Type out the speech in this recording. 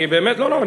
לא לא,